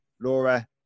laura